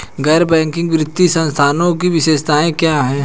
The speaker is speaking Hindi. गैर बैंकिंग वित्तीय संस्थानों की विशेषताएं क्या हैं?